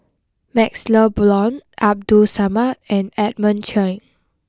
Maxle Blond Abdul Samad and Edmund Cheng